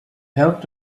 helped